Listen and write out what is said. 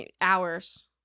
hours